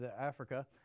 Africa